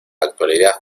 actualidad